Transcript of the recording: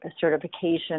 certification